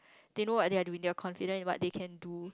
they know what they're doing they're confident in what they can do